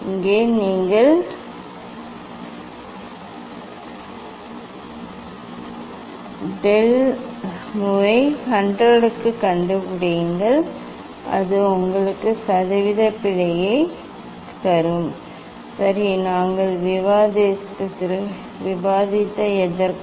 இங்கே நீங்கள் டெல் முவை 100 க்குள் கண்டுபிடிப்பீர்கள் அது உங்களுக்கு சதவீத பிழையைத் தரும் சரி நாங்கள் விவாதித்த எதற்கும்